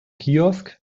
kiosk